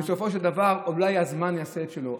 ובסופו של דבר אולי הזמן יעשה את שלו.